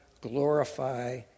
glorify